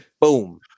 boom